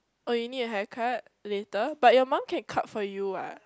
oh you need a hair cut later but your mom can cut for you what